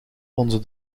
onze